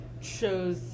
shows